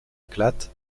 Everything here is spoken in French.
éclate